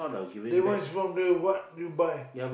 then why is it from the what you buy